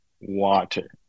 water